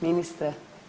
Ministre.